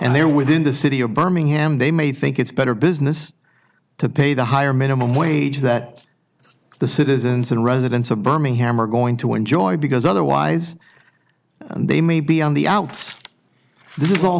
and there within the city of birmingham they may think it's better business to pay the higher minimum wage that the citizens and residents of birmingham are going to enjoy because otherwise and they may be on the outs this is all